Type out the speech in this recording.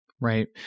Right